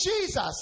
Jesus